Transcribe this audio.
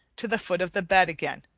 to the foot of the bed again,